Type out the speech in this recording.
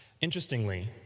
interestingly